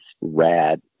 rad